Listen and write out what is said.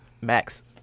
max